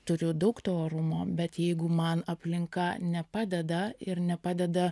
turiu daug to orumo bet jeigu man aplinka nepadeda ir nepadeda